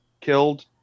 killed